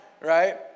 right